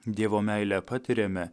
dievo meilę patiriame